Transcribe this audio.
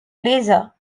laser